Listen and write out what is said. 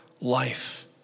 life